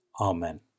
Amen